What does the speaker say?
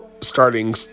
starting